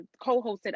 co-hosted